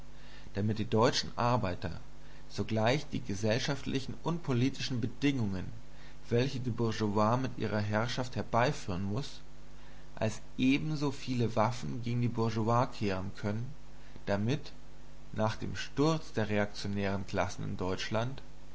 damit die deutschen arbeiter sogleich die gesellschaftlichen und politischen bedingungen welche die bourgeoisie mit ihrer herrschaft herbeiführen muß als ebenso viele waffen gegen die bourgeoisie kehren können damit nach dem sturz der reaktionären klassen in deutschland